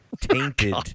tainted